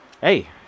hey